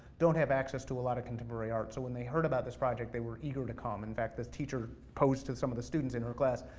don't have access to a lot of contemporary art, so when they heard about this project, they were eager to come. in fact, the teacher posted some of the students in her class,